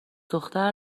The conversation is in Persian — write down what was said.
دختر